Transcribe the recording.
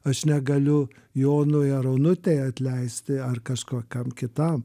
aš negaliu jonui ar onutei atleisti ar kažko kam kitam